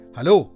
Hello